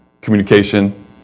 communication